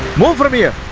move from yeah